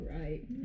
right